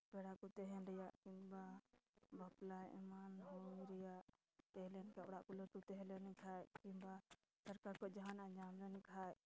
ᱯᱮᱲᱟ ᱠᱚ ᱛᱟᱦᱮᱱ ᱨᱮᱭᱟᱜ ᱠᱤᱢᱵᱟ ᱵᱟᱯᱞᱟ ᱮᱢᱟᱱ ᱦᱩᱭ ᱨᱮᱭᱟᱜ ᱛᱟᱦᱮᱸ ᱞᱮᱱᱠᱷᱟᱡ ᱚᱲᱟᱜ ᱠᱚ ᱞᱟᱹᱴᱩ ᱛᱟᱦᱮᱸ ᱞᱮᱱᱠᱷᱟᱡ ᱠᱤᱢᱵᱟ ᱥᱚᱨᱠᱟᱨ ᱠᱷᱚᱡ ᱡᱟᱦᱟᱱᱟᱜ ᱧᱟᱢᱞᱮᱱ ᱠᱷᱟᱡ